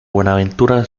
buenaventura